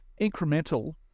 incremental